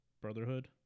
Brotherhood